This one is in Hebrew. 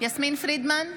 יסמין פרידמן,